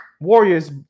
Warriors